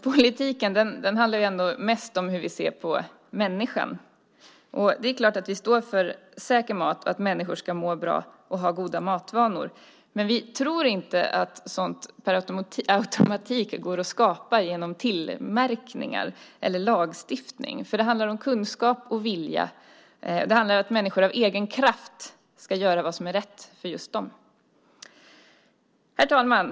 Politiken handlar mest om hur vi ser på människan. Vi står naturligtvis för säker mat och för att människor ska må bra och ha goda matvanor, men vi tror inte att sådant med automatik går att skapa genom märkning eller lagstiftning. Det handlar om kunskap och vilja. Det handlar om att människor av egen kraft ska göra vad som är rätt för just dem. Herr talman!